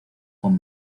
con